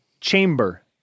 chamber